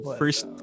first